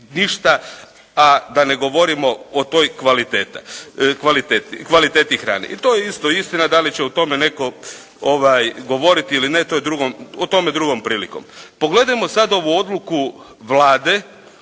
a da ne govorimo o toj kvaliteti hrane. To je isto istina, da li će o tome netko govoriti ili ne, o tome drugom prilikom. Pogledajmo sada ovu odluku Vlade